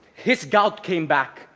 his guilt came back.